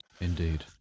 indeed